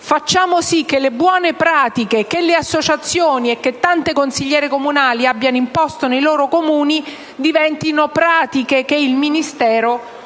facciamo sì che le buone pratiche che le associazioni e tante consigliere comunali hanno imposto nei loro Comuni siano utilizzate dal Ministero.